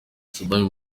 sadam